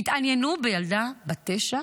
שהתעניינו בילדה בת תשע